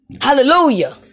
Hallelujah